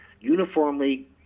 uniformly